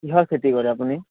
কিহৰ খেতি কৰে আপুনি